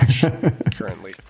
currently